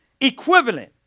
equivalent